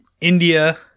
India